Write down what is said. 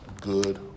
good